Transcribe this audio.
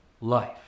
life